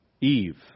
Eve